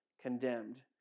condemned